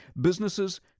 Businesses